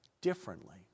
differently